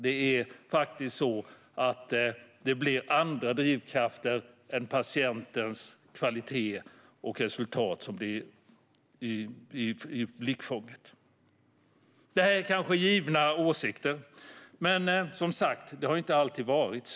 Det är faktiskt så att det blir andra drivkrafter än patientens kvalitet och resultat som hamnar i blickfånget. Det här är kanske givna åsikter, men som sagt har det inte alltid varit så.